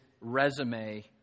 resume